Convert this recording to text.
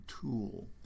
Tool